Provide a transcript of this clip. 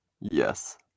Yes